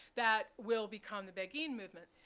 that will become the beguine movement.